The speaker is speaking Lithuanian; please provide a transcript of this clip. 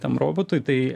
tam robotui tai